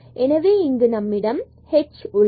எனவே இங்கு நம்மிடம் h உள்ளது